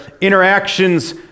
interactions